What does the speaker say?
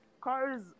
Cars